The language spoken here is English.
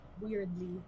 Weirdly